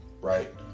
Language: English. right